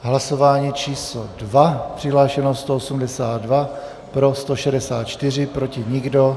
Hlasování číslo 2. Přihlášeno 182, pro 164, proti nikdo.